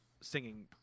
singing